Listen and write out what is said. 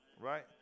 right